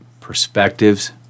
perspectives